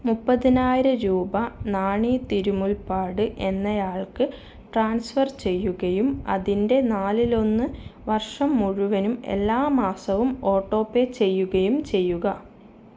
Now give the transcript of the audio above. മുപ്പതിനായിരം രൂപ നാണി തിരുമുൽപ്പാട് എന്നയാൾക്ക് ട്രാൻസ്ഫർ ചെയ്യുകയും അതിൻ്റെ നാലിലൊന്ന് വർഷം മുഴുവനും എല്ലാ മാസവും ഓട്ടോപേ ചെയ്യുകയും ചെയ്യുക